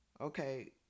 okay